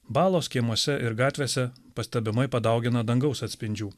balos kiemuose ir gatvėse pastebimai padaugino dangaus atspindžių